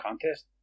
contest